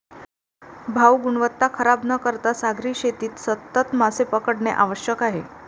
भाऊ, गुणवत्ता खराब न करता सागरी शेतीत सतत मासे पकडणे शक्य आहे